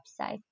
website